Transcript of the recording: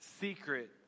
secret